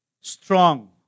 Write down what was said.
Strong